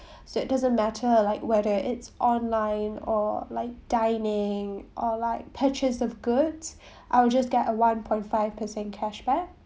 so it doesn't matter like whether it's online or like dining or like purchase of goods I'll just get a one point five percent cashback